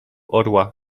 orła